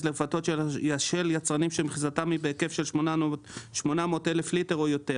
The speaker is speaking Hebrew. לרפתות של יצרנים שמכסתם היא בהיקף של 800 אלף ליטר או יותר".